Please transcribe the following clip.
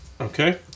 Okay